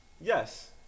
Yes